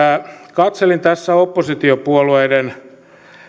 katselin tässä oppositiopuolueiden